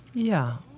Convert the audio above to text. yeah.